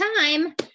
time